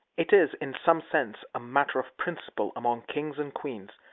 it is, in some sense, a matter of principle among kings and queens,